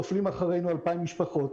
נופלות אחרינו 2,000 משפחות.